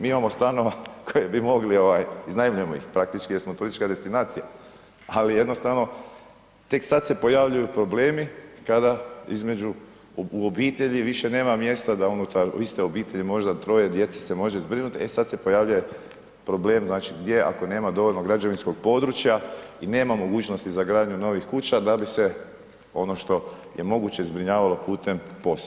Mi imamo stvarno kad bi mogli, ovaj iznajmljujemo ih praktički jer smo turistička destinacija, ali jednostavno tek sad se pojavljuju problemi kada između, u obitelji više nema mjesta da unutar iste obitelji možda 3 djece se može zbrinuti, e sad se pojavljuje problem znači gdje ako nema dovoljno građevinskog područja i nema mogućnosti za gradnju novih kuća, da bi se ono što je moguće zbrinjavalo POS-a.